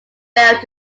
failed